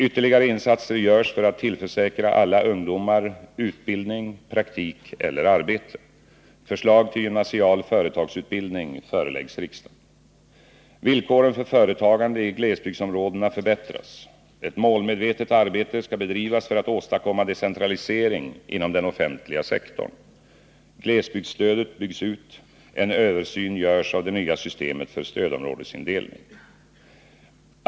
Ytterligare insatser görs för att tillförsäkra alla ungdomar utbildning, Villkoren för företagande i glesbygdsområdena förbättras. Ett målmedvetet arbete skall bedrivas för att åstadkomma decentralisering inom den offentliga sektorn. Glesbygdsstödet byggs ut. En översyn görs av det nya systemet för stödområdesindelning.